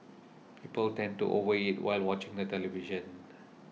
people tend to over eat while watching the television